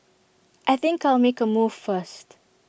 I think I'll make A move first